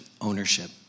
ownership